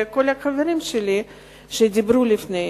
וכל החברים שלי שדיברו לפני,